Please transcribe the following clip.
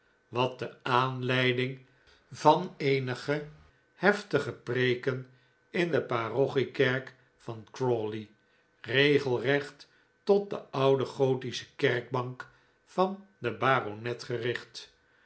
wat de aanleiding was van eenige heftige preeken in de parochiekerk van crawley regelrecht tot de oude gothische kerkbank van den baronet gericht